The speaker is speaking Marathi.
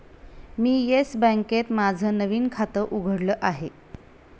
मी येस बँकेत माझं नवीन खातं उघडलं आहे